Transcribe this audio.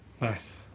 Nice